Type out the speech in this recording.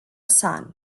son